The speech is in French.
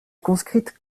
conscrite